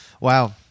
Wow